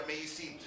amazing